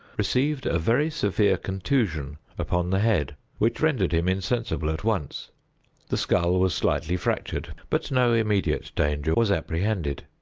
received a very severe contusion upon the head, which rendered him insensible at once the skull was slightly fractured, but no immediate danger was apprehended.